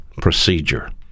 procedure